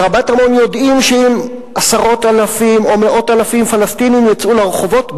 ברבת-עמון יודעים שאם עשרות אלפים או מאות אלפי פלסטינים יצאו לרחובות,